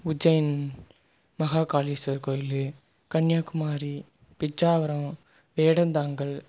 Ujjaini Mahakaleshwar கோயில் கன்னியாகுமரி பிச்சாவரம் வேடந்தாங்கல்